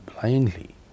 blindly